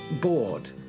bored